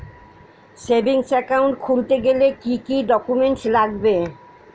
Savings account খুলতে গেলে কি কি ডকুমেন্টস লাগবে?